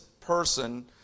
person